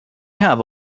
have